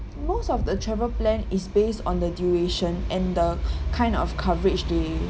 most of the travel plan is based on the duration and the kind of coverage they